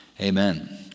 Amen